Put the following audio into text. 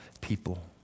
people